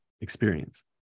experience